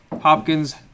Hopkins